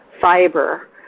fiber